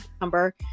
number